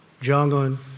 Jong-un